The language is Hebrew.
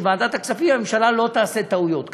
ועדת הכספים הממשלה לא תעשה טעויות כאלה.